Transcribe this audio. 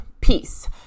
peace